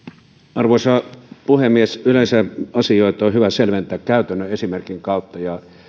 arvoisa puhemies yleensä asioita on hyvä selventää käytännön esimerkin kautta ja